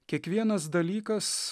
kiekvienas dalykas